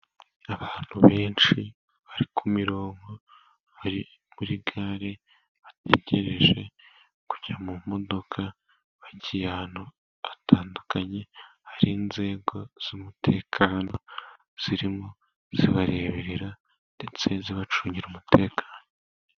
Abantu benshi bari ku mirongo, bari muri gare bategereje kujya mu modoka bagiye ahantu hatandukanye. Hari inzego z'umutekano zirimo zibarebera ndetse zibacungira umutekano.